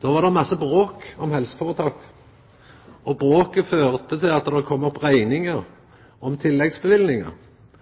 Då var det masse bråk om helseføretak, og bråket førte til at det kom opp